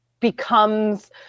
becomes